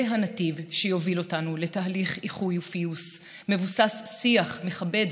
זה הנתיב שיוביל אותנו לתהליך איחוי ופיוס מבוסס שיח כן ומכבד